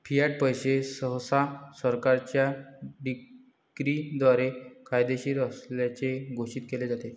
Fiat पैसे सहसा सरकारच्या डिक्रीद्वारे कायदेशीर असल्याचे घोषित केले जाते